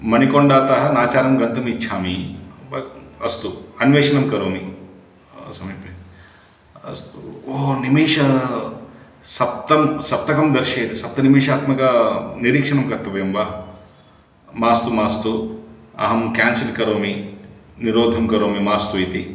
मणिकोण्डातः नाचारं गन्तुम् इच्छामि व् अस्तु अन्वेषणं करोमि समीपे अस्तु ओ निमेशसप्त सप्तकं दर्शयति सप्तनिमेषात्मकनिरीक्षणं कर्तव्यं वा मास्तु मास्तु अहं क्यान्सल् करोमि निरोधं करोमि मास्तु इति